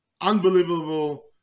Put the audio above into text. unbelievable